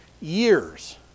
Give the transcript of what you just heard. years